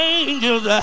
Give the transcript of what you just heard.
angels